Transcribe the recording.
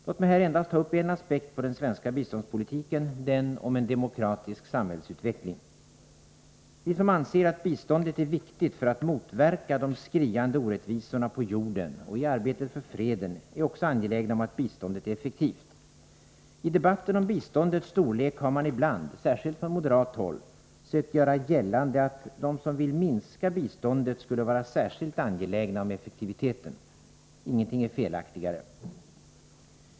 Låt mig här endast ta upp en aspekt på den svenska biståndspolitiken, den om en demokratisk samhällsutveckling. Vi som anser, att biståndet är viktigt för att motverka de skriande orättvisorna på jorden och i arbetet för freden, är också angelägna om att biståndet är effektivt. I debatten om biståndets storlek har man ibland, särskilt från moderat håll, sökt göra gällande att de som vill minska biståndet skulle vara särskilt angelägna om effektiviteten. Ingenting är felaktigare.